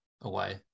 away